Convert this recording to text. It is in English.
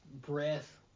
breath